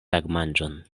tagmanĝon